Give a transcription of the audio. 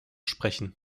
sprechen